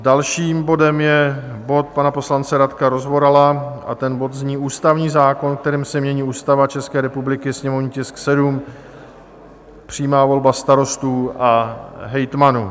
Dalším bodem je bod pana poslance Radka Rozvorala a ten zní Ústavní zákon, kterým se mění Ústava České republiky, sněmovní tisk 7, přímá volba starostů a hejtmanů.